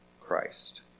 Christ